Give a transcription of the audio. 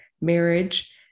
marriage